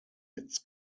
its